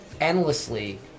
endlessly